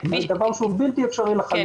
זה דבר שהוא בלתי אפשרי לחלוטין.